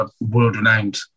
world-renowned